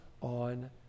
on